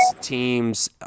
teams